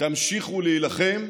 תמשיכו להילחם,